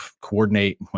coordinate